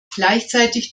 gleichzeitig